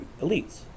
elites